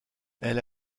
elle